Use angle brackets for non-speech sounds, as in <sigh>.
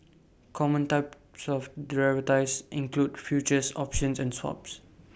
common types of derivatives include futures options and swaps <noise>